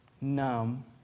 numb